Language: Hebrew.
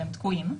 שהם תקועים,